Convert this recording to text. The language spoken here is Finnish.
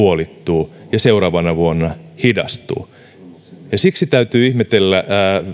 puolittuu ja seuraavana vuonna hidastuu siksi täytyy ihmetellä